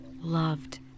loved